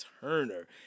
Turner